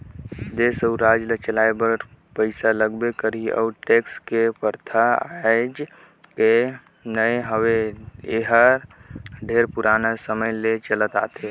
देस अउ राज ल चलाए बर पइसा लगबे करही अउ टेक्स के परथा आयज के न हवे एहर ढेरे पुराना समे ले चलत आथे